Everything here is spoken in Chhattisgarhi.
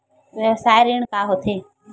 व्यवसाय ऋण का होथे?